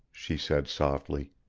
she said softly,